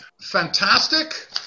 Fantastic